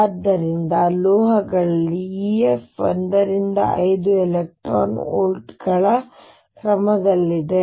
ಆದ್ದರಿಂದ ಲೋಹಗಳಲ್ಲಿ F ಒಂದರಿಂದ 5 ಎಲೆಕ್ಟ್ರಾನ್ ವೋಲ್ಟ್ ಗಳ ಕ್ರಮದಲ್ಲಿದೆ